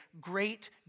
great